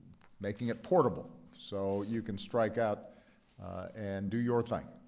making it portable so you can strike out and do your thing.